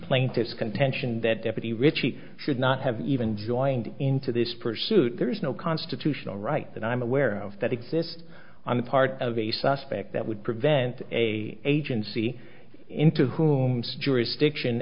plaintiff's contention that deputy richie should not have even joined into this pursuit there is no constitutional right that i'm aware of that exists on the part of a suspect that would prevent a agency into whom serious stiction